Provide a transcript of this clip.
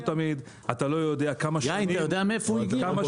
אתה לא יודע מה רמת החומציות שלו תמיד,